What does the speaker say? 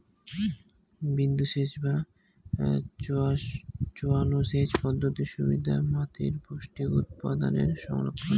বিন্দুসেচ বা চোঁয়ানো সেচ পদ্ধতির সুবিধা মাতীর পৌষ্টিক উপাদানের সংরক্ষণ